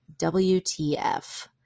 WTF